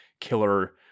killer